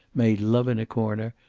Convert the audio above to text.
made love in a corner,